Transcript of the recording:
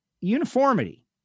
uniformity